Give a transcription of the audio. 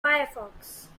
firefox